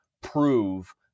prove